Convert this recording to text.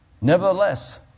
Nevertheless